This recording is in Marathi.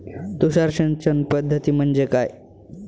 तुषार सिंचन पद्धती म्हणजे काय?